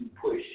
push